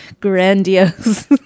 grandiose